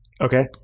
Okay